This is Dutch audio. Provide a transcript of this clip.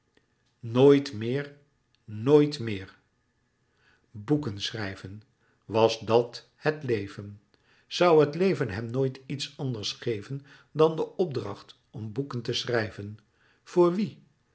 nooit meer noit meer boeken schrijven was dat het leven zoû het leven hem nooit iets anders geven dan de opdracht om boeken te schrijven voor wie